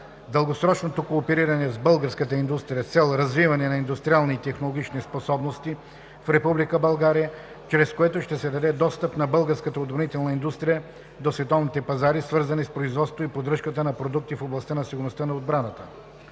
дългосрочното коопериране с българската индустрия с цел развиване на индустриални и технологични способности в Република България, чрез което ще се даде достъп на българската отбранителна индустрия до световните пазари, свързани с производството и поддръжката на продукти в областта на сигурността и отбраната;